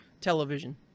television